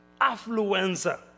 Affluenza